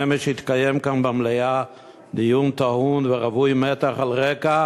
אמש התקיים כאן במליאה דיון טעון ורווי מתח על רקע